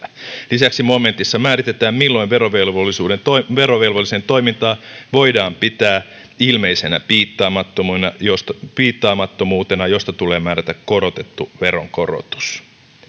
lisäksi momentissa määritetään milloin verovelvollisen toimintaa voidaan pitää ilmeisenä piittaamattomuutena josta piittaamattomuutena josta tulee määrätä korotettu veronkorotus